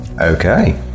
Okay